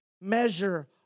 measure